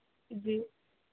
जी